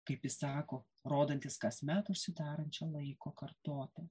kaip jis sako rodantis kasmet užsidarančią laiko kartotą